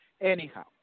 Anyhow